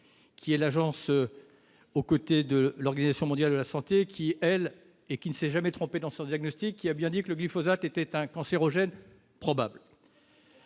une agence de l'Organisation mondiale de la santé, qui, elle, ne s'est jamais trompée dans son diagnostic et a bien dit que le glyphosate était un « cancérogène probable